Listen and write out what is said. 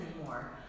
anymore